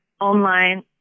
online